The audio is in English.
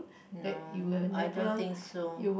no I don't think so